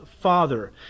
father